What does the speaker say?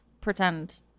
Pretend